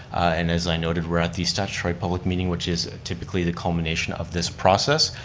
and as i noted, we're at the statutory public meeting, which is typically the culmination of this process.